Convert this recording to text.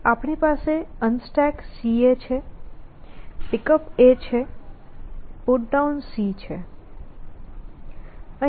આપણી પાસે UnstackCA છે Pickup છે PutDown છે અહીં